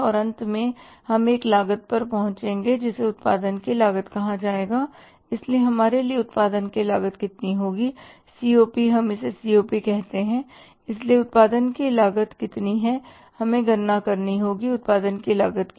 तो अंत में हम एक लागत पर पहुँचेंगे जिसे उत्पादन की लागत कहा जाएगा इसलिए हमारे लिए उत्पादन की लागत कितनी होगी COP हम इसे COP कहते हैं इसलिए उत्पादन की लागत कितनी है हमें गणना करनी होगी उत्पादन की लागत की